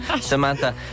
Samantha